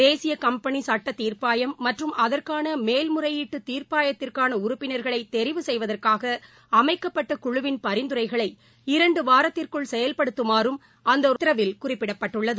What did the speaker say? தேசிய கம்பெளி கசட்ட தீர்ப்பாயம் மற்றும் அதற்கான மேல் முறையீட்டு தீர்ப்பாயத்திற்கான உறுப்பினர்களை தெரிவு செய்வதற்காக அமைக்கப்பட்ட குழுவின் பரிந்துரைகளை இரண்டு வாரத்திற்குள் செயல்படுத்துமாறும் அந்த உத்தரவில் குறிப்பிடப்பட்டுள்ளது